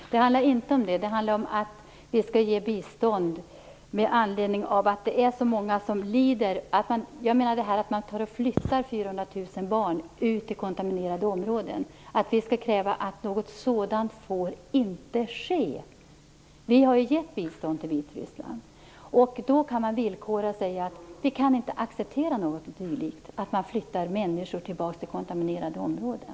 Fru talman! Det handlar inte om det, utan det handlar om att vi skall ge bistånd med anledning av att det är så många som lider. Vi skall kräva att det inte får ske sådant som att man flyttar 400 000 barn ut i kontaminerade områden. Vi har gett bistånd till Vitryssland, och vi kan villkora det och säga att vi inte accepterar att man flyttar människor tillbaka till kontaminerade områden.